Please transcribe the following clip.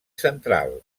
central